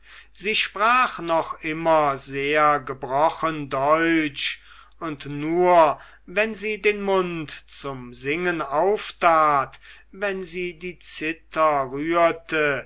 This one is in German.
sie sprach noch immer sehr gebrochen deutsch und nur wenn sie den mund zum singen auftat wenn sie die zither rührte